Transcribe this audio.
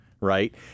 right